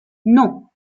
non